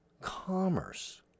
commerce